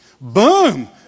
boom